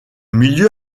milieu